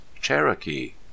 Cherokee